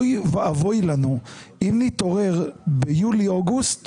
אוי ואבוי לנו אם נתעורר ביולי אוגוסט